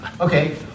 Okay